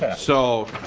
so